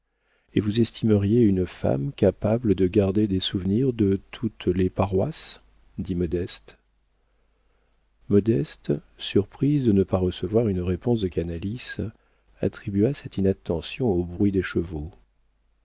et vous estimeriez une femme capable de garder des souvenirs de toutes les paroisses dit modeste modeste surprise de ne pas recevoir une réponse de canalis attribua cette inattention au bruit des chevaux